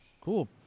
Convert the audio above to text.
cool